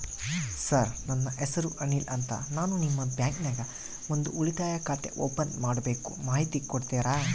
Sir ನನ್ನ ಹೆಸರು ಅನಿಲ್ ಅಂತ ನಾನು ನಿಮ್ಮ ಬ್ಯಾಂಕಿನ್ಯಾಗ ಒಂದು ಉಳಿತಾಯ ಖಾತೆ ಓಪನ್ ಮಾಡಬೇಕು ಮಾಹಿತಿ ಕೊಡ್ತೇರಾ?